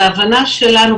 בהבנה שלנו,